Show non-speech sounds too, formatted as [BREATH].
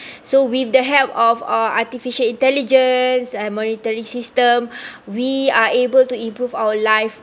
[BREATH] so with the help of uh artificial intelligence and monetary system [BREATH] we are able to improve our life